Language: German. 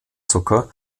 zucker